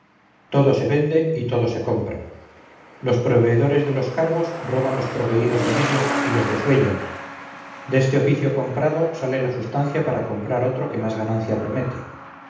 todo se vende y todo se compra los proveedores de los cargos roban los proveídos en ellos y los desuellan deste oficio comprado sale la sustancia para comprar otro que más ganancia promete